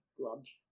gloves